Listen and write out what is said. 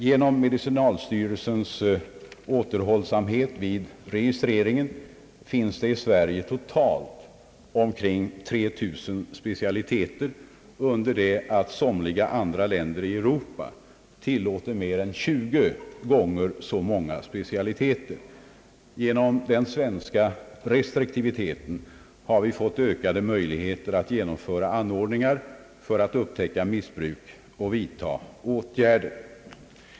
Genom myndigheternas återhållsamhet vid registreringen finns det i Sverige totalt omkring 3000 specialiteter, under det att somliga andra länder i Europa tillåter mer än 20 gånger så många specialiteter. Genom den svenska restriktiviteten har vi fått ökade möjligheter att genomföra anordningar för att upptäcka missbruk och vidtaga åtgärder.